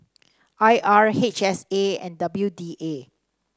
I R H S A and W D A